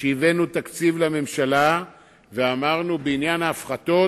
שהבאנו תקציב לממשלה ואמרנו בעניין ההפחתות,